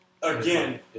Again